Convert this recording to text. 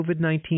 COVID-19